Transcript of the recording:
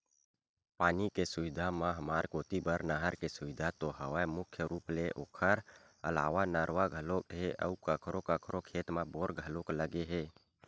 पानी के साधन म हमर कोती बर नहर के सुबिधा तो हवय मुख्य रुप ले ओखर अलावा नरूवा घलोक हे अउ कखरो कखरो खेत म बोर घलोक लगे हे